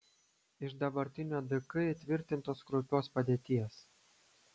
iš dabartinio dk įtvirtintos kraupios padėties